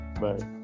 Bye